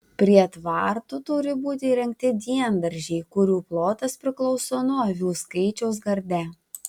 prie tvartų turi būti įrengti diendaržiai kurių plotas priklauso nuo avių skaičiaus garde